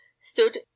stood